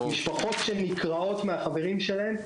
משפחות נקרעות מהחברים שלהן.